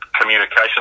communication